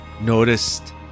noticed